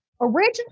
originally